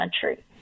country